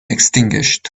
extinguished